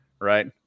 right